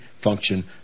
function